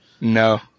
No